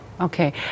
Okay